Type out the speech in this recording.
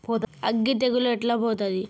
అగ్గి తెగులు ఎట్లా పోతది?